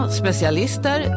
specialister